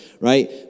right